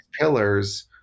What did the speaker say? pillars